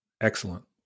Excellent